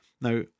Now